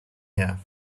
here